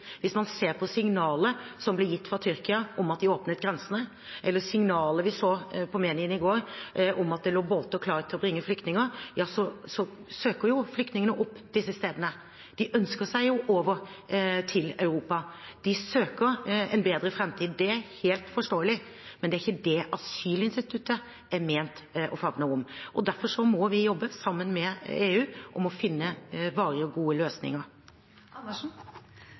Hvis man ser på signalet som ble gitt fra Tyrkia om at de åpnet grensene, eller signalet vi så i media i går om at det lå båter klare til å bringe flyktninger over, så søker jo flyktningene opp disse stedene. De ønsker jo å komme seg over til Europa, de søker en bedre framtid. Det er helt forståelig, men det er ikke det asylinstituttet er ment å favne om. Derfor må vi jobbe sammen med EU om å finne varige og gode